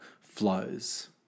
flows